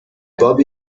باب